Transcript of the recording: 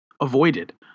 avoided